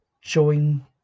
join